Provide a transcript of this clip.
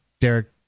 Derek